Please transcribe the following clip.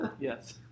Yes